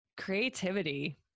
creativity